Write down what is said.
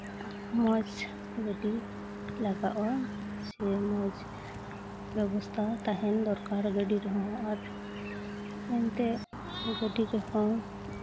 ᱢᱚᱡᱽ ᱜᱟᱹᱰᱤ ᱞᱟᱜᱟᱜᱼᱟ ᱥᱮ ᱢᱚᱡᱽ ᱵᱮᱵᱚᱥᱛᱷᱟ ᱛᱟᱦᱮᱱ ᱫᱚᱨᱠᱟᱨ ᱜᱟᱹᱰᱤ ᱨᱮᱦᱚᱸ ᱟᱨ ᱮᱱᱛᱮᱫ ᱜᱟᱹᱰᱤ ᱨᱮᱦᱚᱸ